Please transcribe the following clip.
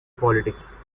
politics